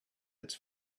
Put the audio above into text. its